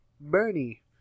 Bernie